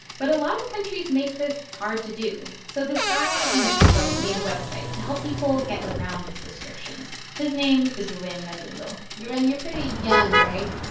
but a lot of countries make this hard to do, so this guy in mexico made a website to help people get around these restrictions. his name is ruben galindo ruben, you're pretty young, right?